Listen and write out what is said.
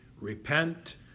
Repent